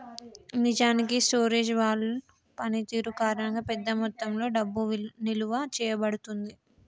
నిజానికి storage wall పనితీరు కారణంగా పెద్ద మొత్తంలో డబ్బు నిలువ చేయబడుతుంది